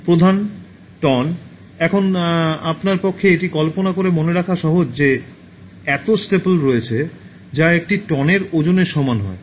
প্রধান টন এখন আপনার পক্ষে এটি কল্পনা করে মনে রাখা সহজ যে এত স্ট্যাপল রয়েছে যা একটি টনের ওজনের সমান হয়